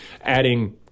adding